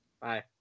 Bye